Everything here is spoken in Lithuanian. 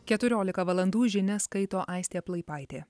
keturiolika valandų žinias skaito aistė plaipaitė